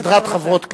וסדרת חברות כנסת.